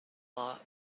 lot